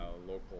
local